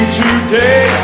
today